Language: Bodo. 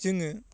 जोङो